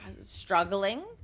struggling